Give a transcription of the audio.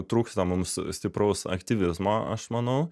trūksta mums stipraus aktyvizmo aš manau